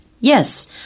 Yes